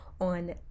on